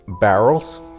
barrels